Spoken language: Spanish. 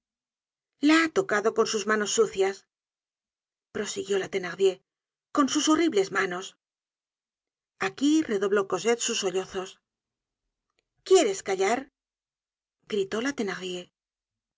la ha tocado con sus manos sucias prosiguió la thenardier con sus horribles manos aquí redobló cosette sus sollozos quieres callar gritó